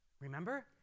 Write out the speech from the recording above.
remember